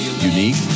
unique